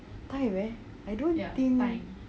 time eh I don't think